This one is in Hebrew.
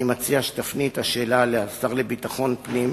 אני מציע שתפני את השאלה לשר לביטחון פנים,